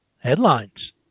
headlines